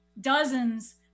dozens